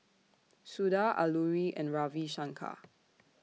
Suda Alluri and Ravi Shankar